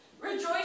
Rejoice